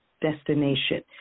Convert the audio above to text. destination